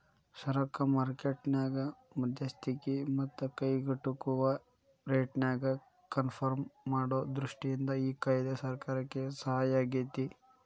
ಸರಕ ಮಾರ್ಕೆಟ್ ನ್ಯಾಗ ಮಧ್ಯಸ್ತಿಕಿ ಮತ್ತ ಕೈಗೆಟುಕುವ ರೇಟ್ನ್ಯಾಗ ಕನ್ಪರ್ಮ್ ಮಾಡೊ ದೃಷ್ಟಿಯಿಂದ ಈ ಕಾಯ್ದೆ ಸರ್ಕಾರಕ್ಕೆ ಸಹಾಯಾಗೇತಿ